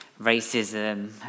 racism